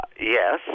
Yes